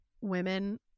women